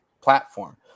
platform